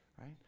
right